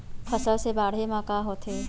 फसल से बाढ़े म का होथे?